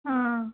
অঁ